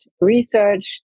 research